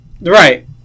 right